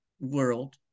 world